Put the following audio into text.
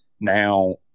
now